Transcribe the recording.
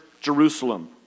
Jerusalem